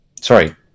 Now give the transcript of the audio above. Sorry